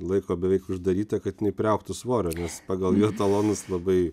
laiko beveik uždarytą kad jinai priaugtų svorio nes pagal jo talonus labai